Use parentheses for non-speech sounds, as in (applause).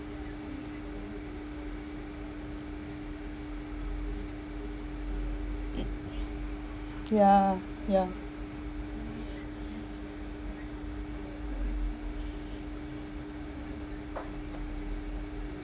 (noise) yeah ya